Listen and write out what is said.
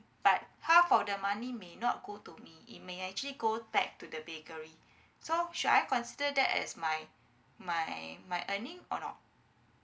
but half of the money may not go to me it may actually go back to the bakery so should I consider that as my my my earning or not